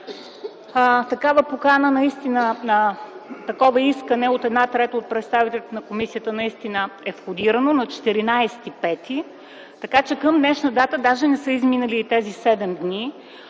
на поканата. Такова искане от една трета от представителите на комисията настина е входирано на 14 май 2010 г., така че към днешна дата даже не са изминали и тези 7 дни.